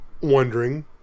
wondering